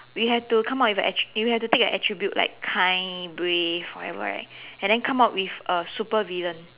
we have to come out with at~ we have to take an attribute like kind brave whatever right and then come out with a supervillain